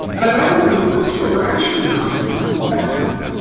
and i would argue on the first score we're actually not doing badly.